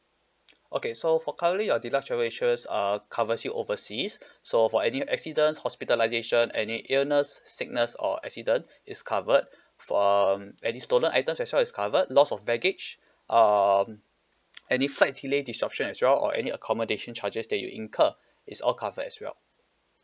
okay so for currently your deluxe travel insurance uh covers you overseas so for any accidents hospitalization any illness sickness or accident it's covered for um any stolen items as well as covered loss of baggage um any flight delay disruption as well or any accommodation charges that you incur it's all covered as well